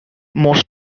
most